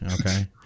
Okay